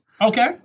Okay